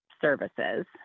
services